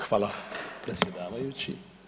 Hvala predsjedavajući.